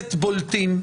כנסת בולטים,